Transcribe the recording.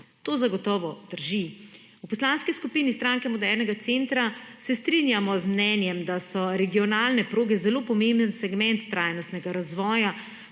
To zagotovo drži. V Poslanski skupini Stranke modernega centra se strinjamo z mnenjem, da so regionalne proge zelo pomemben segment trajnostnega razvoja